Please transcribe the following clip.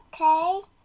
Okay